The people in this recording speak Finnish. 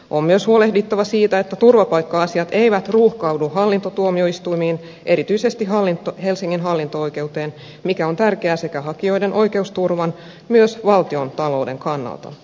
on myös huolehdittava siitä että turvapaikka asiat eivät ruuhkaudu hallintotuomioistuimiin erityisesti hel singin hallinto oikeuteen mikä on tärkeää sekä hakijoiden oikeusturvan että myös valtiontalouden kannalta